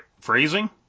phrasing